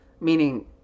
meaning